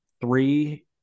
Three